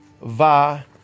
va